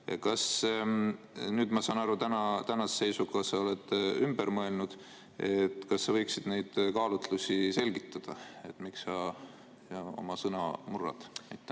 tagasi. Ma saan aru, et tänase seisuga sa oled ümber mõelnud. Kas sa võiksid neid kaalutlusi selgitada, miks sa oma sõna murrad? Aitäh,